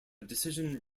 decision